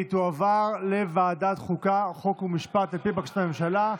התשפ"א 2021, לוועדה שתקבע ועדת הכנסת נתקבלה.